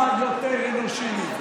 מה יותר אנושי מזה,